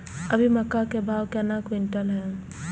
अभी मक्का के भाव केना क्विंटल हय?